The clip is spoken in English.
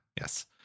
Yes